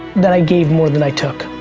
that i gave more than i took.